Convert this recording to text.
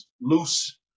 Loose